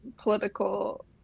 political